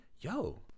yo